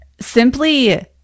simply